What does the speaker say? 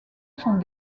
sont